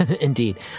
Indeed